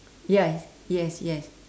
ya yes yes